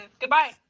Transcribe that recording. goodbye